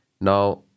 Now